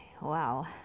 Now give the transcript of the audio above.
Wow